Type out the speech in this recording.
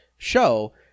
show